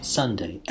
Sunday